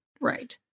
Right